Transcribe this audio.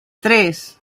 tres